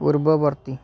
ପୂର୍ବବର୍ତ୍ତୀ